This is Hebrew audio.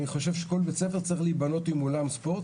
אני חושב שכל בית ספר צריך להיבנות עם אולם ספורט.